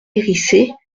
hérissées